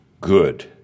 good